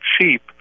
cheap